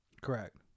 Correct